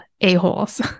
a-holes